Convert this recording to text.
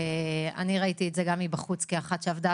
אני ראיתי את זה גם מבחוץ כמי שעבדה